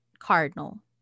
cardinal